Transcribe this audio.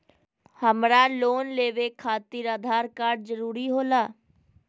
हमरा लोन लेवे खातिर आधार कार्ड जरूरी होला?